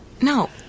No